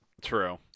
True